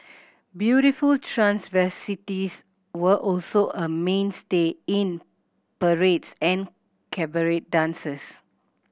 beautiful transvestites were also a mainstay in parades and cabaret dances